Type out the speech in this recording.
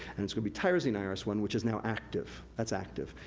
and it's going be tyrosine irs one, which is now active, that's active.